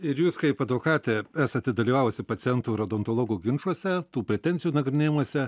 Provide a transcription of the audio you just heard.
ir jūs kaip advokatė esate dalyvavusi pacientų ir odontologų ginčuose tų pretenzijų nagrinėjimuose